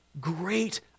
great